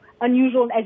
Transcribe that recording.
unusual